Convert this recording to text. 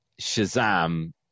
Shazam